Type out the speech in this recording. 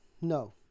no